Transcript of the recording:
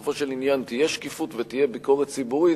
שבסופו של עניין תהיה שקיפות ותהיה ביקורת ציבורית,